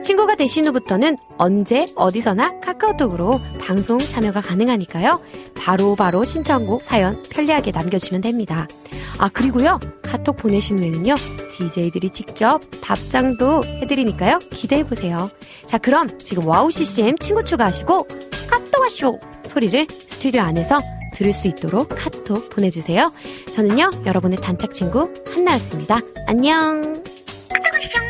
친구가 되신 후부터는 언제, 어디서나 카카오톡으로 방송 참여가 가능하니까요. 바로바로 신청곡, 사연 편리하게 남겨주시면 됩니다. 아, 그리고요. 카톡 보내신 후에는요. DJ들이 직접 답장도 해드리니까요. 기대해보세요. 자, 그럼 지금 와우 CCM 친구 추가하시고 카톡 와쇼! 소리를 스튜디오 안에서 들을 수 있도록 카톡 보내주세요. 저는요, 여러분의 단짝 친구 한나였습니다. 안녕! 카톡 와쇼!